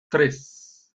tres